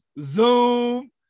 Zoom